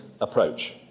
approach